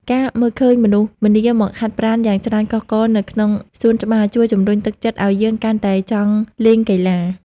ការមើលឃើញមនុស្សម្នាមកហាត់ប្រាណយ៉ាងច្រើនកុះករនៅក្នុងសួនច្បារជួយជម្រុញទឹកចិត្តឱ្យយើងកាន់តែចង់លេងកីឡា។